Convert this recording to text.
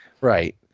Right